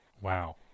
Wow